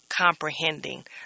comprehending